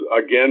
again